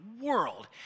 world